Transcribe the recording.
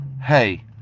hey